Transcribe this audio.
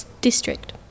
district